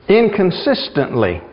inconsistently